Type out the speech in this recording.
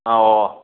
ꯑꯣꯑꯣ